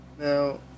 Now